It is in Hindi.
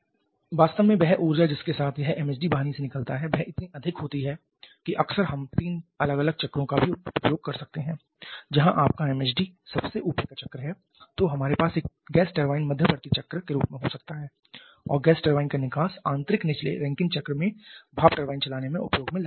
वास्तव में वह ऊर्जा जिसके साथ यह MHD वाहिनी से निकलता है वह इतनी अधिक होती है कि अक्सर हम तीन अलग अलग चक्रों का भी उपयोग कर सकते हैं जहाँ आपका MHD सबसे ऊपर का चक्र है तो हमारे पास एक गैस टरबाइन मध्यवर्ती चक्र के रूप में हो सकता है और गैस टरबाइन का निकास आंतरिक निचले रैंकिन चक्र में भाप टरबाइन चलाने में उपयोग में लाया जा सकता है